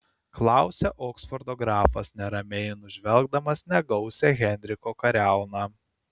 klausia oksfordo grafas neramiai nužvelgdamas negausią henriko kariauną